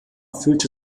fühlte